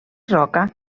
roca